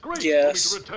Yes